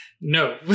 No